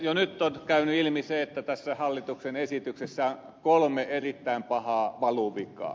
jo nyt on käynyt ilmi se että tässä hallituksen esityksessä on kolme erittäin pahaa valuvikaa